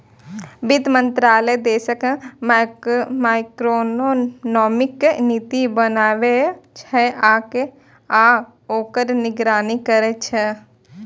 वित्त मंत्रालय देशक मैक्रोइकोनॉमिक नीति बनबै छै आ ओकर निगरानी करै छै